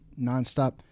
nonstop